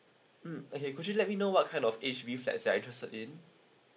mm okay could you let me know what kind of H_B flat that are interested in